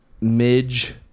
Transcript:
Midge